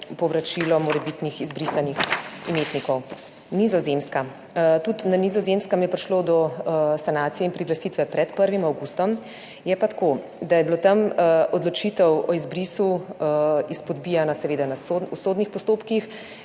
povračilo morebitnih izbrisanih imetnikov. Tudi na Nizozemskem je prišlo do sanacije in priglasitve pred 1. avgustom. Je pa tako, da je bila tam odločitev o izbrisu izpodbijana seveda v sodnih postopkih,